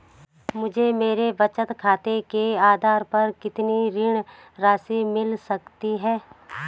मुझे मेरे बचत खाते के आधार पर कितनी ऋण राशि मिल सकती है?